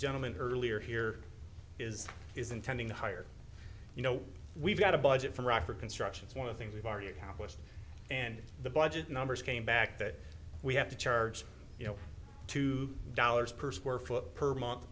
gentleman earlier here is is intending to hire you know we've got a budget for iraq for construction it's one of things we've already accomplished and the budget numbers came back that we have to charge you know two dollars per square foot per month